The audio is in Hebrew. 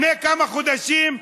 לפני כמה חודשים,